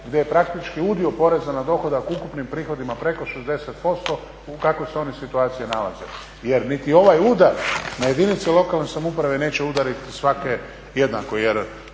gdje je praktički udio poreza na dohodak u ukupnim prihodima preko 60%, u kakvoj se oni situaciji nalaze? Jer niti ovaj udar na jedinice lokalne samouprave neće udariti svakog jednako.